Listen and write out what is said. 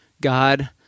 God